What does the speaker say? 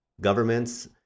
governments